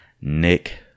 Nick